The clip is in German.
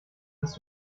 bist